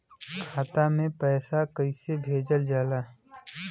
खाता में पैसा कैसे भेजल जाला?